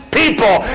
people